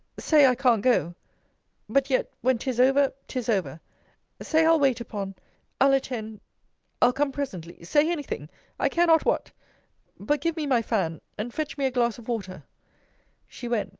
say, i can't go but yet when tis over, tis over say, i'll wait upon i'll attend i'll come presently say anything i care not what but give me my fan, and fetch me a glass of water she went,